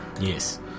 Yes